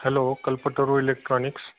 hello Kalpataru electronics